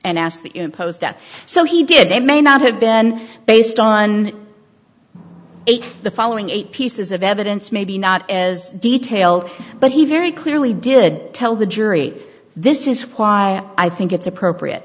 death so he did it may not have been based on the following eight pieces of evidence maybe not as detail but he very clearly did tell the jury this is why i think it's appropriate